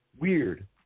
Weird